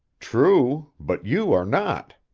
true, but you are not.